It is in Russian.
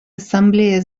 ассамблея